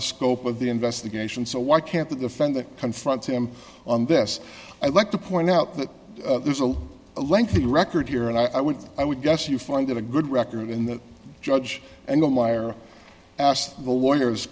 the scope of the investigation so why can't the defendant confront him on this i'd like to point out that there's a lengthy record here and i would i would guess you find a good record in the judge and the liar asked the lawyers